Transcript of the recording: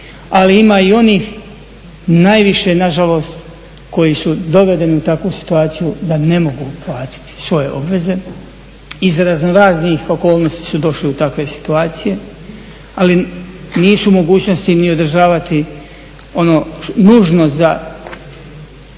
Ali ima i onih, najviše nažalost koji su dovedeni u takvu situaciju da ne mogu platiti svoje obveze iz razno raznih okolnosti su došli u takve situacije, ali nisu u mogućnosti ni održavati ono nužno za,